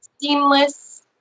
Seamless